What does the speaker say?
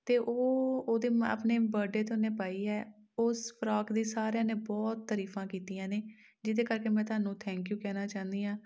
ਅਤੇ ਉਹ ਉਹਦੇ ਮਾ ਆਪਣੇ ਬਰਡੇ 'ਤੇ ਉਹਨੇ ਪਾਈ ਹੈ ਉਸ ਫਰੋਕ ਦੀ ਸਾਰਿਆਂ ਨੇ ਬਹੁਤ ਤਰੀਫਾਂ ਕੀਤੀਆਂ ਨੇ ਜਿਹਦੇ ਕਰਕੇ ਮੈਂ ਤੁਹਾਨੂੰ ਥੈਂਕ ਯੂ ਕਹਿਣਾ ਚਾਹੁੰਦੀ ਹਾਂ